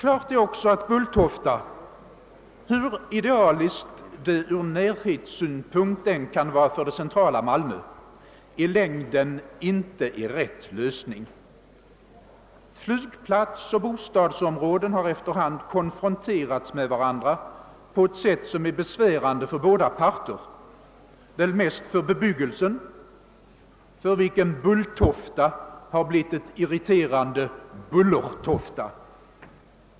Det är också klart att Bulltofta, hur idealiskt det än kan vara genom sin närhet till det centrala Malmö, i längden inte är rätt lösning. Flygplats och bostadsområden har efter hand konfronterats med varandra på ett sätt som är besvärande för båda parter, men mest för bebyggelsen, för vilken Bulltofta har blivit ett irriterande »Bullertofta».